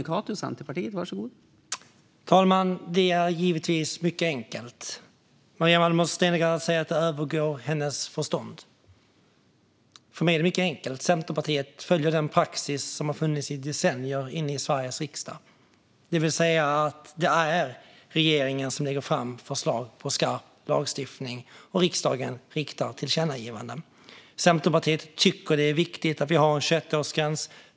Fru talman! Det är givetvis mycket enkelt. Maria Malmer Stenergard säger att detta övergår hennes förstånd, men för mig är det mycket enkelt. Centerpartiet följer den praxis som har funnits i decennier i Sveriges riksdag, det vill säga att det är regeringen som lägger fram förslag på skarp lagstiftning och riksdagen som riktar tillkännagivanden. Centerpartiet tycker att det är viktigt med en 21-årsgräns.